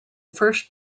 first